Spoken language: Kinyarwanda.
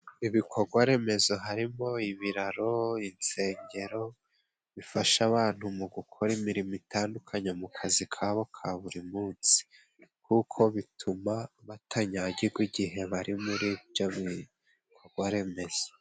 Ibikogwaremezo harimo ibiraro, insengero, bifasha abantu mu gukora imirimo itandukanye mu kazi ka bo ka buri munsi. Kuko bituma batanyagigwa igihe bari muri ibyo bikogwaremezo.